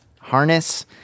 harness